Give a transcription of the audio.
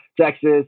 Texas